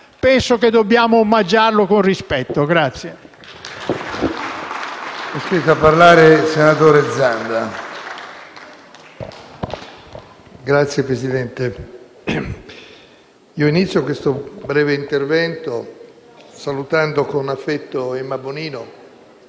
Penso che dobbiamo omaggiarlo con rispetto.